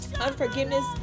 Unforgiveness